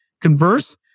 converse